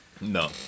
No